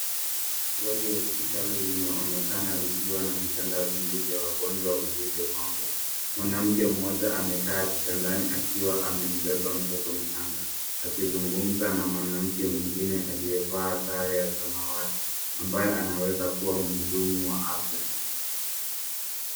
Wadi ya hospitali linaonekna likiwa na vitanda vingi vya wagonjwa vilivyopangwa. Mwanamke mmoja amekaa kitandani akiwa amembeba mtoto mchanga akizungumza na mwanamke mwingine aliyevaa sare ya samawati ambaye anaweza kuwa mhudumu wa afya.